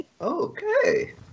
okay